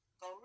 go